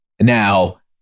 Now